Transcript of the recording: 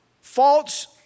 false